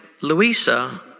Louisa